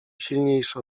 silniejszy